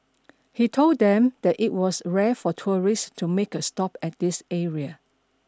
he told them that it was rare for tourists to make a stop at this area